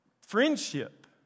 friendship